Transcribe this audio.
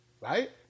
right